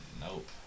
Nope